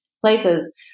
places